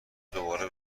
دوباره